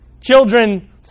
Children